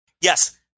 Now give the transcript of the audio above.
Yes